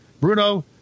Bruno